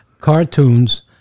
cartoons